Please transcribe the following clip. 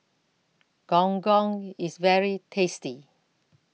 Gong Gong IS very tasty